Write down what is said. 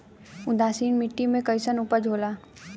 उदासीन मिट्टी में कईसन उपज होला?